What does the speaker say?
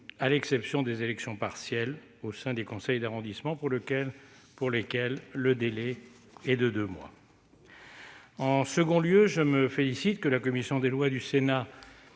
à l'exception des élections partielles au sein des conseils d'arrondissement, pour lesquelles le délai est de deux mois. En second lieu, je me félicite que la commission des lois du Sénat